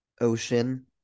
ocean